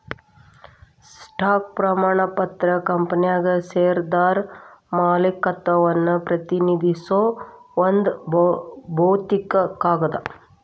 stock ಪ್ರಮಾಣ ಪತ್ರ ಕಂಪನ್ಯಾಗ ಷೇರ್ದಾರ ಮಾಲೇಕತ್ವವನ್ನ ಪ್ರತಿನಿಧಿಸೋ ಒಂದ್ ಭೌತಿಕ ಕಾಗದ